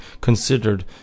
considered